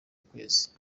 kwezi